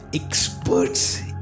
experts